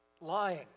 Lying